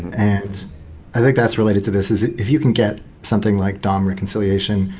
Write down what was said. and i think that's related to this, is if you can get something like dom reconciliation,